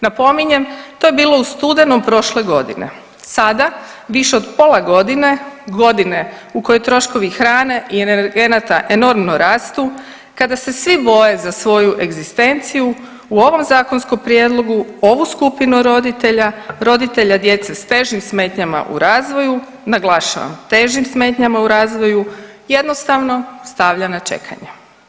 Napominjem, to je bilo u studenom prošle godine, sada više od pola godine, godine u kojoj troškovi hrane i energenata enormno rastu, kada se svi boje za svoju egzistenciju u ovom zakonskom prijedlogu ovu skupinu roditelja, roditelja djece s težim smetnjama u razvoju, naglašavam težim smetnjama u razvoju jednostavno stavlja na čekanje.